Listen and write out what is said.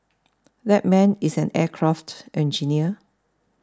that man is an aircraft engineer